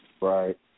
Right